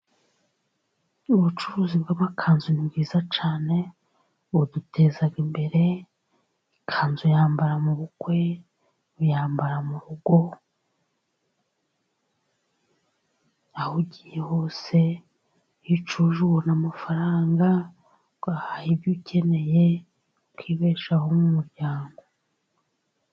Ubucuruzi bw'amakanzu ni bwiza cyane, buduteza imbere. Ikanzu uyambara mu bukwe, uyambara mu rugo, aho ugiye hose. Iyo ucuruje ubona amafaranga ugahaha ibyo ukeneye, ukibeshaho n'umuryango.